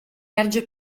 erge